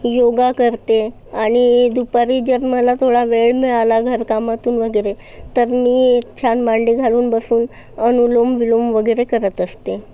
योगा करते आणि दुपारी जर मला थोडा वेळ मिळाला घरकामातून वगैरे तर मी छान मांडी घालून बसून अनुलोम विलोम वगैरे करत असते